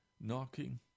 knocking